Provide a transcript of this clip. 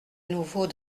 nouveau